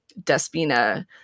despina